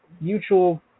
mutual